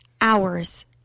hours